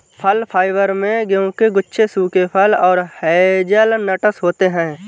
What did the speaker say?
फल फाइबर में गेहूं के गुच्छे सूखे फल और हेज़लनट्स होते हैं